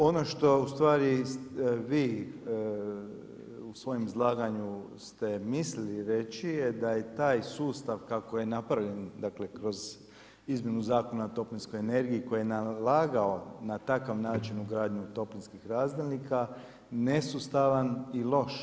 Ono što ustvari vi u svojem izlaganju ste mislili reći je da je taj sustav kako je napravljen kroz izmjenu Zakona o toplinskoj energiji koji je nalagao na takav način ugradnju toplinskih razdjelnika nesustavan i loš.